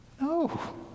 No